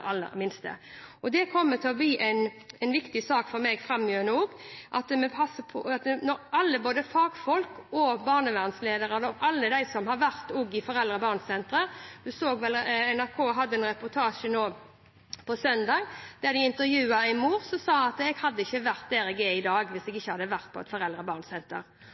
aller minste. Det kommer til å bli en viktig sak for meg framover å passe på. Når alle instanser, både fagfolk og barnevernsledere og alle de som har vært i foreldre og barn-sentre – og vi så en reportasje i NRK nå på søndag der de intervjuet en mor som sa at jeg hadde ikke vært der jeg er i dag hvis jeg ikke hadde vært på et